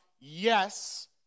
yes